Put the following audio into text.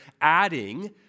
adding